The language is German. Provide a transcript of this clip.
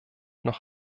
noch